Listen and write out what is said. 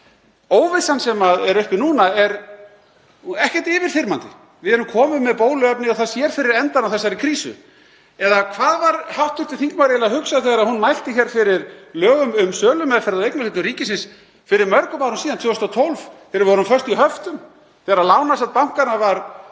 uppi núna er ekkert yfirþyrmandi. Við erum komin með bóluefni og það sér fyrir endann á þessari krísu. Eða hvað var hv. þingmaður eiginlega að hugsa þegar hún mælti fyrir lögum um sölumeðferð á eignarhlutum ríkisins fyrir mörgum árum síðan, 2012, þegar við vorum föst í höftum, þegar lánasöfn bankanna voru